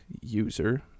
user